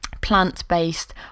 plant-based